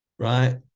Right